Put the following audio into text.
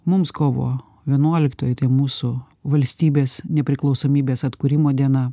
mums kovo vienuoliktoji tai mūsų valstybės nepriklausomybės atkūrimo diena